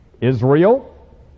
Israel